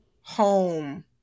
home